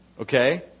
Okay